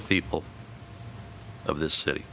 the people of this city